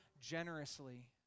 generously